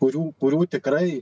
kurių kurių tikrai